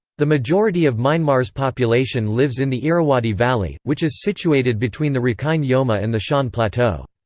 the majority of myanmar's population lives in the irrawaddy valley, which is situated between the rakhine yoma and the shan plateau.